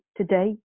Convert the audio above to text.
today